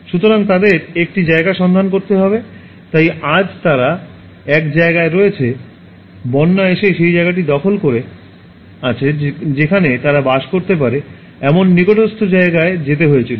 সুতরাং তাদের একটি জায়গা সন্ধান করতে হবে তাই আজ তারা এক জায়গায় রয়েছে বন্যা এসে সেই জায়গাটি দখল করে আছে যেখানে তারা বাস করতে পারে এমন নিকটস্থ জায়গায় যেতে হয়েছিল